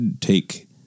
take